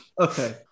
Okay